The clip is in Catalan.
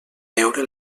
veure